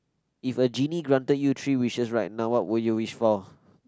if a Genie granted you three wishes right now what would you wish for